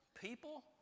people